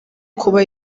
kuba